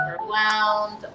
overwhelmed